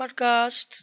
podcast